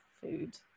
food